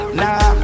nah